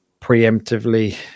preemptively